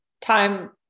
time